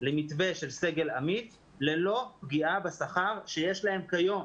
למתווה של סגל עמית ללא פגיעה בשכר שיש להם כיום.